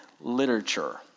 literature